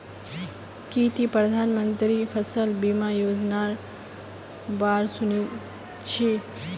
की ती प्रधानमंत्री फसल बीमा योजनार बा र सुनील छि